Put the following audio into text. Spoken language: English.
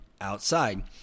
outside